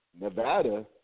Nevada